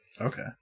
Okay